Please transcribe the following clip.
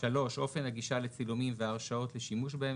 (3)אופן הגישה לצילומים וההרשאות לשימוש בהם,